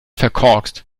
verkorkst